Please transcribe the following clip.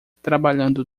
trabalhando